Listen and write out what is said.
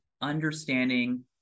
understanding